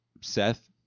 Seth